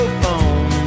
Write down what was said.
phone